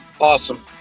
awesome